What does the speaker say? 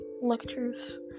lectures